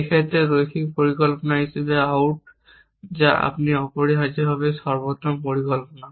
এই ক্ষেত্রে এটি রৈখিক পরিকল্পনা হিসাবে আউট যা আপনি অপরিহার্যভাবে সর্বোত্তম পরিকল্পনা